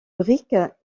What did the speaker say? briques